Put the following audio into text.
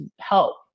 help